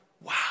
wow